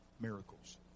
miracles